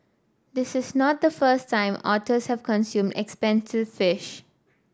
this is not the first time otters have consumed expensive fish